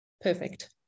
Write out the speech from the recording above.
Perfect